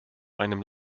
einem